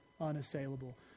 unassailable